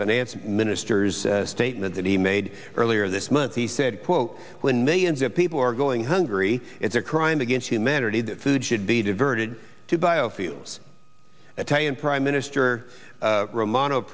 finance minister's statement that he made earlier this month he said quote when millions of people are going hungry it's a crime against humanity that food should be diverted to biofuels italian prime minister romano